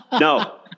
No